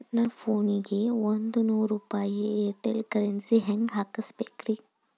ನನ್ನ ಫೋನಿಗೆ ಒಂದ್ ನೂರು ರೂಪಾಯಿ ಏರ್ಟೆಲ್ ಕರೆನ್ಸಿ ಹೆಂಗ್ ಹಾಕಿಸ್ಬೇಕ್ರಿ?